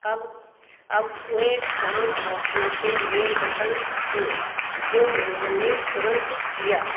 अब अब वह फ्रान्स लौटने के लिए स्वतन्त्र थे जो उन्होंने तुरन्त किया